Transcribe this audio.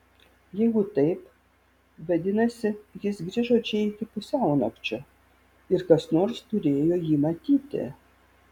jeigu taip vadinasi jis grįžo čia iki pusiaunakčio ir kas nors turėjo jį matyti